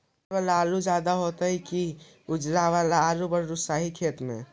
लाल वाला आलू ज्यादा दर होतै कि उजला वाला आलू बालुसाही खेत में?